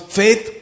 faith